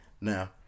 Now